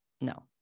No